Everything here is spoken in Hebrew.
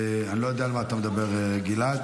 אני לא יודע על מה אתה מדבר, גלעד.